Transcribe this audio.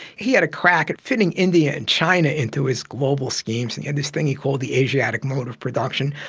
he had a crack at fitting india and china into his global schemes. he had this thing he called the asiatic mode of production,